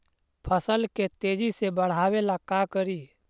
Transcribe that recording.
फसल के तेजी से बढ़ाबे ला का करि?